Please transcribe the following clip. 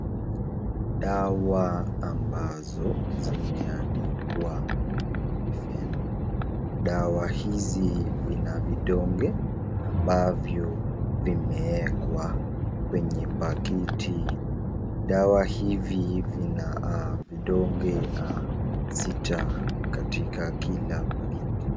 Dawa ambazo zimeandikwa Lumifen dawa hizi vina vidonge ambavyo vimeekwa kwenye pakiti . Dawa hivi vina vidonge sita katika kila pakiti.